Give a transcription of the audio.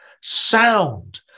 sound